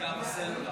קליטה בסלולר.